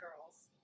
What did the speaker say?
girls